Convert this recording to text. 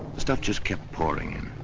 the stuff just kept pouring in,